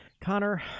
Connor